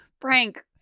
frank